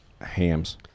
Hams